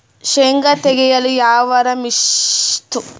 ಶೇಂಗಾ ತೆಗೆಯಲು ಯಾವರ ಮಷಿನ್ ಸಿಗತೆದೇನು?